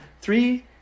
Three